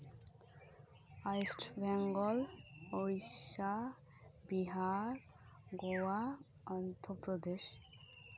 west Bengal Odisha Bihar Goa Andhra Pradesh